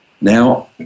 Now